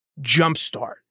Jumpstart